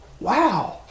wow